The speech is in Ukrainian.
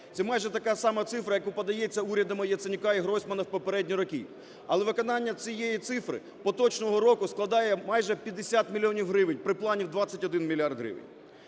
Це майже така сама цифра, яка подається урядом Яценюка і Гройсмана в попередні роки. Але виконання цієї цифри поточного року складає майже 50 мільйонів гривень при плані в 21 мільярд гривень.